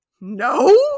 no